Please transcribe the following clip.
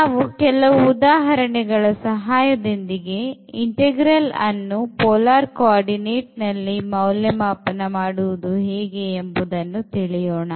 ನಾವು ಕೆಲವು ಉದಾಹರಣೆಗಳ ಸಹಾಯದೊಂದಿಗೆ integralಅನ್ನು polar coordinateನಲ್ಲಿ ಮೌಲ್ಯಮಾಪನ ಮಾಡುವುದು ಹೇಗೆ ಎಂಬುದನ್ನು ತಿಳಿಯೋಣ